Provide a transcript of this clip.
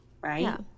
right